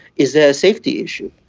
is the safety issue.